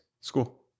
school